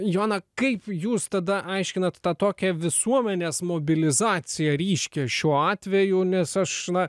joana kaip jūs tada aiškinat tą tokia visuomenės mobilizacija ryškia šio atveju nes aš na